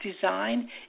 design